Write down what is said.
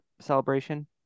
celebration